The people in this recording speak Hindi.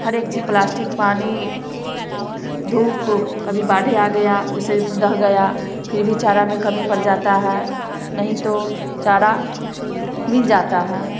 हर एक चीज प्लास्टिक पानी धूप उप कभी बाढ़ें आ गया उसी में ढल गया फिर भी चारा में कमी पड़ जाता है नहीं तो चारा मिल जाता है